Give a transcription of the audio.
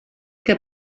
que